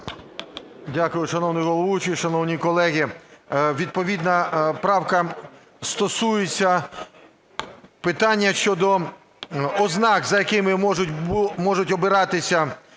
Дякую, шановний головуючий, шановні колеги. Відповідна правка стосується питання щодо ознак, за якими можуть обиратися